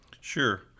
Sure